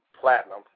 platinum